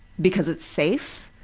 because it's safe,